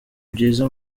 byiza